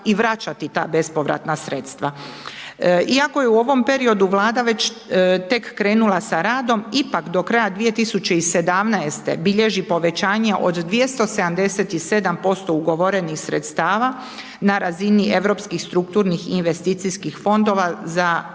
Iako je u ovom periodu Vlada tek krenula sa radom, ipak do kraja 2017. bilježi povećanje od 277% ugovorenih sredstava na razini europskih strukturnih i investicijskih fondova za